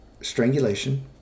strangulation